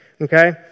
okay